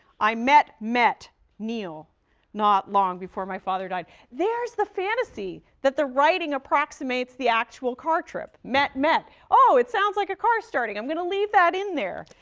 i met met neal not long before my father died there is the fantasy that the writing approximates the actual car trip, met met. oh, it sounds like a car starting. i'm going to leave that in there.